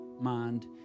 mind